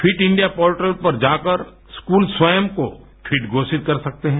fit India portal पर जाकर school स्वयं को फिट घोषित कर सकते हैं